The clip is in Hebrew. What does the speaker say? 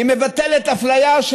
היא מבטלת אפליה,